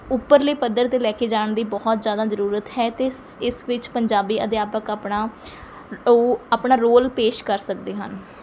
ਉੱਪਰਲੇ ਪੱਧਰ 'ਤੇ ਲੈ ਕੇ ਜਾਣ ਦੀ ਬਹੁਤ ਜ਼ਿਆਦਾ ਜ਼ਰੂਰਤ ਹੈ ਅਤੇ ਇਸ ਇਸ ਵਿੱਚ ਪੰਜਾਬੀ ਅਧਿਆਪਕ ਆਪਣਾ ਉਹ ਆਪਣਾ ਰੋਲ ਪੇਸ਼ ਕਰ ਸਕਦੇ ਹਨ